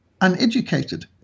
uneducated